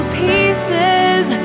pieces